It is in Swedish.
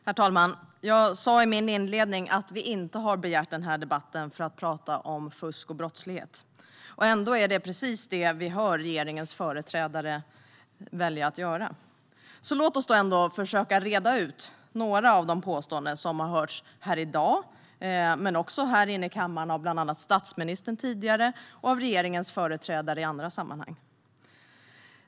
Herr talman! Jag sa i min inledning att vi inte har begärt denna debatt för att tala om fusk och brottslighet. Ändå är det precis vad vi hör regeringens företrädare göra. Låt oss försöka reda ut några av de påståenden som har hörts här i dag. Vi har även hört dem tidigare här i kammaren från bland andra statsministern och från regeringens företrädare i andra sammanhang.